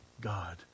God